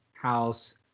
House